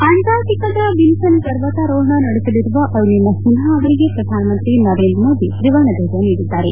ಅಂಟಾರ್ಟಿಕಾದ Vinson ಪರ್ವತಾರೋಹಣ ನಡೆಸಲಿರುವ ಅರುಣಿಮಾ ಸಿನ್ಹಾ ಅವರಿಗೆ ಪ್ರಧಾನಮಂತ್ರಿ ನರೇಂದ್ರ ಮೋದಿ ತ್ರಿವರ್ಣ ಧ್ವಜ ನೀಡಿದ್ದಾರೆ